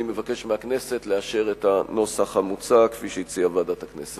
אני מבקש מהכנסת לאשר את הנוסח כפי שהציעה ועדת הכנסת.